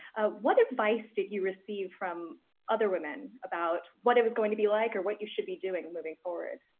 what advice did you receive from other women about what it was going to be like or what you should be doing moving forward?